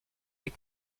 des